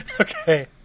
Okay